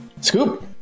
Scoop